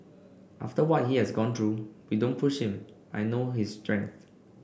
after what he has gone through we don't push him I know his strength